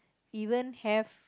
even have